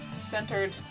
centered